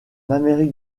amérique